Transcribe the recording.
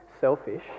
selfish